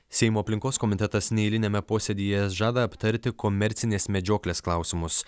seimo aplinkos komitetas neeiliniame posėdyje žada aptarti komercinės medžioklės klausimus